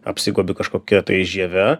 apsigaubi kažkokia tai žieve